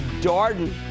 Darden